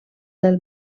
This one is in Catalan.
del